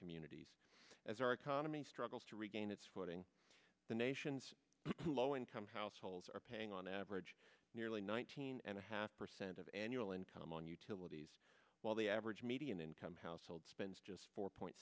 communities as our economy struggles to regain its footing the nation's low income households are paying on average nearly nineteen and a half percent of annual income on utilities while the average median income household spends just four point